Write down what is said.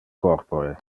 corpore